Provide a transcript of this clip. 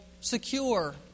secure